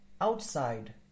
outside